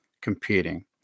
competing